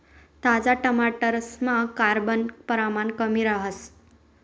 ताजा टमाटरसमा carbon परमाण कमी रहास